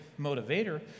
motivator